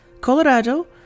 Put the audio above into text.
Colorado